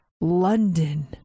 London